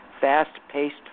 fast-paced